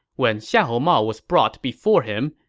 when xiahou mao was brought before him,